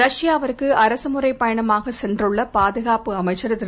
ரஷ்யாவுக்குஅரசுமுறைபயணமாகசென்றுள்ளபாதுகாப்புஅமைச்சர்திரு